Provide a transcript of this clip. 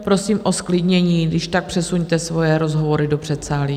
Prosím o zklidnění, když tak přesuňte svoje rozhovory do předsálí.